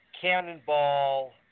cannonball